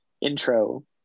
Intro